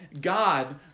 God